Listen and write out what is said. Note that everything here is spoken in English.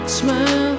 smile